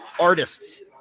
artists